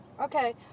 Okay